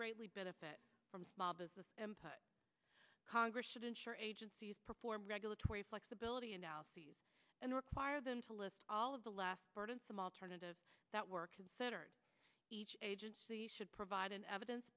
greatly benefit from small business and congress should ensure agencies perform regulatory flexibility analyses and require them to list all of the less burdensome alternatives that were considered each agency should provide an evidence